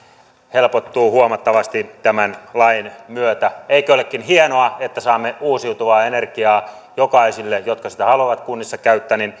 helpottuu huomattavasti tämän lain myötä eikö olekin hienoa että saamme uusiutuvaa energiaa jokaiselle joka sitä haluaa kunnissa käyttää